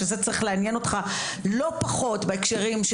שזה צריך לעניין אותך לא פחות בהקשר של